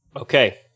okay